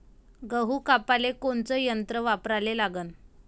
गहू कापाले कोनचं यंत्र वापराले लागन?